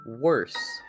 worse